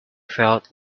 felt